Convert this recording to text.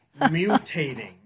Mutating